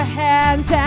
hands